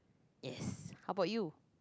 yes how about you